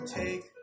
take